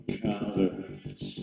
colors